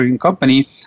company